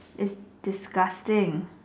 it's disgusting